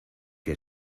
que